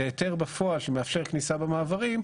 להיתר בפועל שמאפשר כניסה במעברים,